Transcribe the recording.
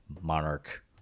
monarch